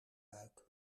buik